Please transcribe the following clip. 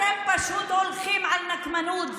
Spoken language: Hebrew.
אתם פשוט הולכים על נקמנות.